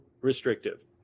restrictive